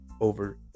over